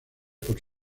por